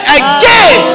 again